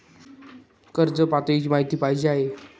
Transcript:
कर्ज पात्रतेची माहिती पाहिजे आहे?